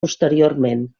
posteriorment